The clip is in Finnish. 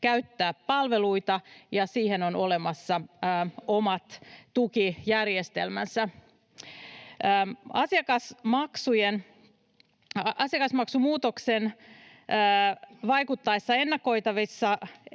käyttää palveluita ja siihen on olemassa omat tukijärjestelmänsä. Asiakasmaksumuutoksen vaikutuksesta ennakoivasti